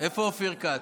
איפה אופיר כץ?